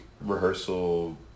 rehearsal